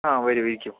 ആ വരൂ ഇരിക്കൂ